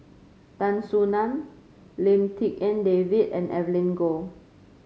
Tan Soo Nan Lim Tik En David and Evelyn Goh